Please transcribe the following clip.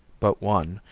but one,